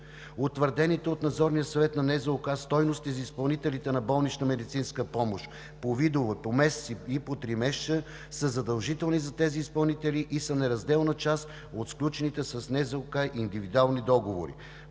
Утвърдените от Надзорния съвет на НЗОК стойности за изпълнителите на болнична медицинска помощ – по видове, по месеци и по тримесечия, са задължителни за тези изпълнители и са неразделна част от сключените с НЗОК индивидуални договори.